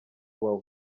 wawa